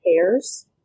pairs